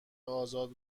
آزاد